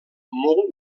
molt